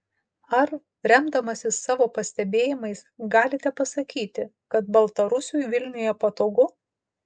ar remdamasis savo pastebėjimais galite pasakyti kad baltarusiui vilniuje patogu